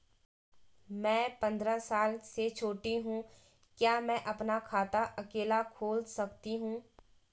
मैं पंद्रह साल से छोटी हूँ क्या मैं अपना खाता अकेला खोल सकती हूँ?